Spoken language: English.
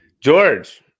George